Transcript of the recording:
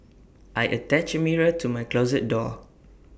I attached A mirror to my closet door